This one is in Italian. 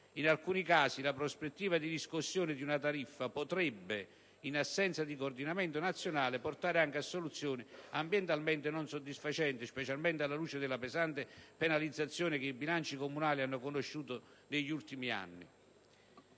In alcuni casi la prospettiva di riscossione di una tariffa potrebbe, in assenza di coordinamento nazionale, portare anche a soluzioni ambientalmente non soddisfacenti, specialmente alla luce della pesante penalizzazione che i bilanci comunali hanno conosciuto negli ultimi anni.